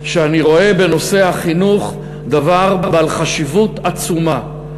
שאני רואה בנושא החינוך דבר בעל חשיבות עצומה.